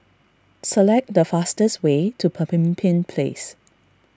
select the fastest way to Pemimpin Place